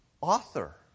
author